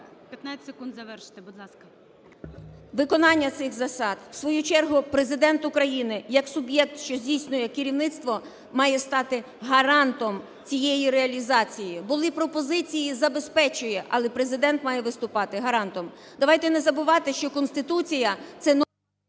…виконання цих засад. В свою чергу Президент України як суб'єкт, що здійснює керівництво, має стати гарантом цієї реалізації. Були пропозиції "забезпечує", але Президент має виступати "гарантом". Давайте не забувати, що Конституція – це…